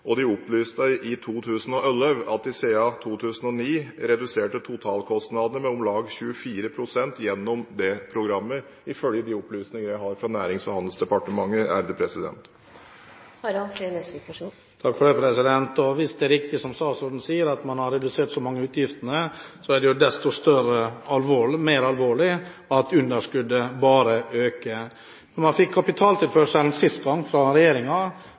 og de opplyste i 2011 at de siden 2009 reduserte totalkostnadene med om lag 24 pst. gjennom det programmet, ifølge de opplysningene jeg har fra Nærings- og handelsdepartementet. Hvis det er riktig som statsråden sier, at man har redusert så mange av utgiftene, er det jo desto mer alvorlig at underskuddet bare øker. Når man fikk kapitaltilførselen fra regjeringen sist gang,